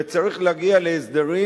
וצריך להגיע להסדרים.